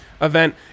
event